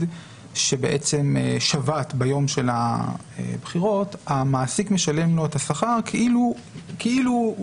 שבעצם שבת ביום של הבחירות המעסיק משלם לו את השכר כאילו הוא